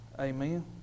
Amen